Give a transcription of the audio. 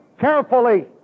carefully